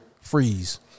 Freeze